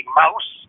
mouse